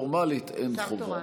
שפורמלית אין חובה.